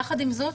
יחד עם זאת,